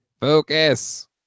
Focus